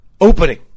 opening